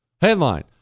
Headline